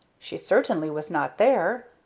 she certainly was not there,